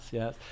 yes